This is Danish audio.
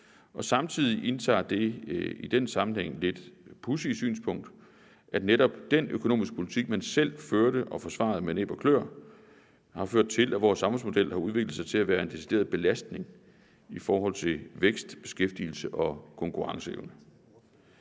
og samtidig indtager det i den sammenhæng lidt pudsige synspunkt, at netop den økonomiske politik, man selv førte og forsvarede med næb og kløer, har ført til, at vores samfundsmodel har udviklet sig til at være en decideret belastning i forhold til vækst, beskæftigelse og konkurrenceevne.